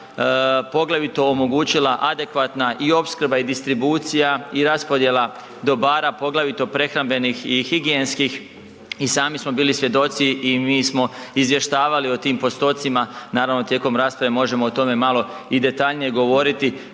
poglavito omogućila adekvatna i opskrba i distribucija i raspodjela dobara, poglavito prehrambenih i higijenskih. I sami smo bili svjedoci i mi smo izvještavali o tim postocima, naravno tijekom rasprave možemo o tome malo i detaljnije govoriti